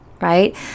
right